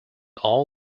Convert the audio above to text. all